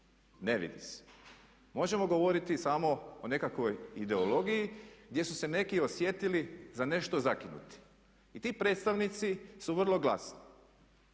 ne vidi se. Možemo govoriti samo o nekakvoj ideologiji gdje su se neki osjetili za nešto zakinuti. I ti predstavnici su vrlo glasni.